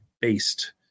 based